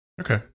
Okay